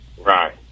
Right